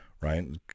Right